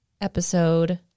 Episode